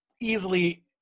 easily